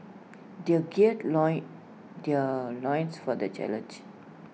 they gird loin their loins for the challenge